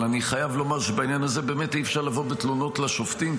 אבל אני חייב לומר שבעניין הזה באמת אי-אפשר לבוא בתלונות לשופטים,